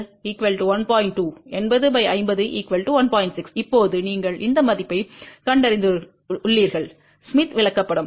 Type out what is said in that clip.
6 இப்போது நீங்கள் இந்த மதிப்பைக் கண்டறிந்துள்ளீர்கள் ஸ்மித் விளக்கப்படம்